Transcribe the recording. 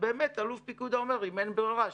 שבה באמת אלוף הפיקוד אומר: אם אין ברירה,